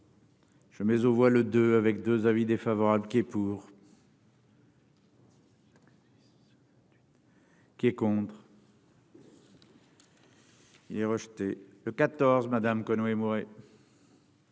Je mais on voit le 2 avec 2 avis défavorables qui est pour. Qui est contre. Il est rejeté, le 14 Madame Conway Mouret.